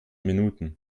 minuten